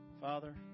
Father